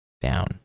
down